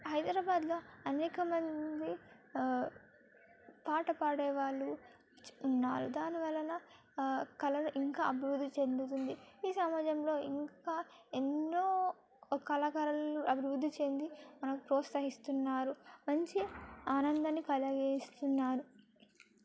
హైదరాబాద్లో అనేకమంది పాట పాడే వాళ్ళు ఉన్నారు దానివలన కళలు ఇంకా అభివృద్ధి చెందుతుంది ఈ సమాజంలో ఇంకా ఎన్నో కళాకారులు అభివృద్ధి చెంది మనకు ప్రోత్సహిస్తున్నారు మంచి ఆనందాన్ని కలుగచేస్తున్నారు